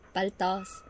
Paltos